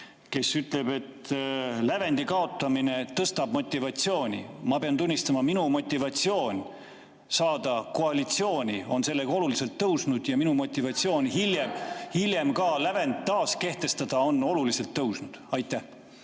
kes ütleb, et lävendi kaotamine tõstab motivatsiooni. Ma pean tunnistama, et minu motivatsioon saada koalitsiooni on selle tõttu oluliselt tõusnud ja minu motivatsioon hiljem ka lävend taaskehtestada on oluliselt tõusnud. Aitäh!